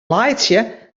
laitsje